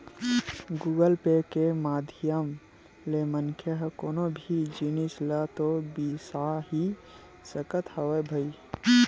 Google Pay के माधियम ले मनखे ह कोनो भी जिनिस ल तो बिसा ही सकत हवय भई